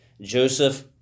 Joseph